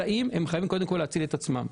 אבל הם חייבים קודם כל להציל את עצמם.